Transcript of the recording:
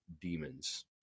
demons